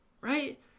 right